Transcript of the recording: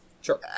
Sure